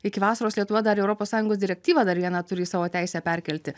iki vasaros lietuva dar europos sąjungos direktyvą dar vieną turi į savo teisę perkelti